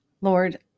Lord